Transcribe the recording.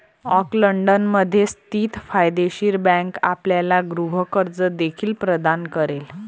ऑकलंडमध्ये स्थित फायदेशीर बँक आपल्याला गृह कर्ज देखील प्रदान करेल